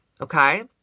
Okay